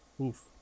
Oof